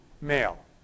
male